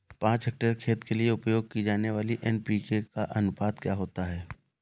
पाँच हेक्टेयर खेत के लिए उपयोग की जाने वाली एन.पी.के का अनुपात क्या होता है?